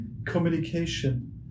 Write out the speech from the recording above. communication